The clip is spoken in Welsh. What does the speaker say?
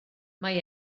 mae